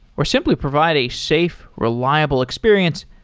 or simply provide a safe, reliable experience,